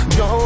no